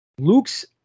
Luke's